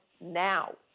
now